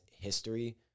history